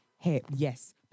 Yes